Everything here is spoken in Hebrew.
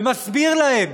ומסביר להם